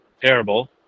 terrible